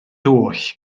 oll